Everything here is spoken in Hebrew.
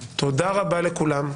תודה רבה לכולם.